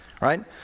Right